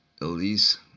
Elise